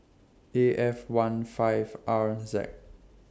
A F one five R Z